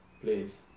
Please